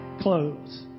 clothes